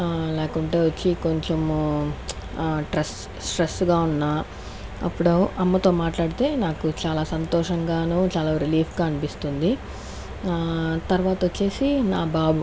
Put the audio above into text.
లేకుంటే వచ్చి కొంచము ట్రస్ స్ట్రెస్సు గా ఉన్న అప్పుడు అమ్మతో మాట్లాడితే నాకు చాలా సంతోషంగానూ చాలా రిలీఫ్ గా అనిపిస్తుంది తర్వాతొచ్చేసి నా బాబు